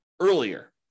earlier